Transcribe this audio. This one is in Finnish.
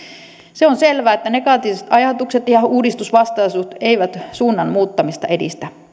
se on selvä että negatiiviset ajatukset ja uudistusvastaisuus eivät suunnan muuttamista edistä